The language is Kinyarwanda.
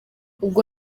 ubwo